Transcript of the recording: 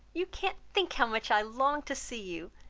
you can't think how much i longed to see you!